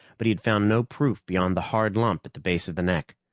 but he had found no proof beyond the hard lump at the base of the neck.